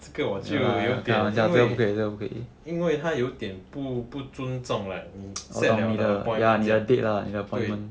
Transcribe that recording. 这个我就有点因为因为它有点不不尊重 like set liao the date 对